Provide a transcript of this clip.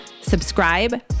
subscribe